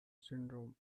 syndrome